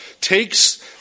takes